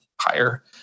higher